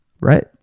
Right